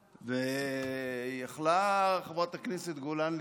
יכלה חברת הכנסת גולן לתרום בהחלט